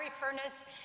furnace